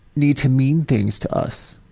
need to mean things to us,